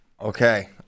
Okay